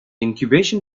incubation